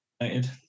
United